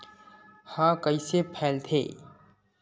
ह कइसे फैलथे?